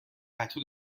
پتو